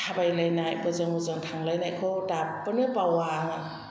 थाबायलायनाय बोजों बोजों थांलायनायखौ दाबोनो बावा आङो